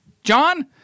John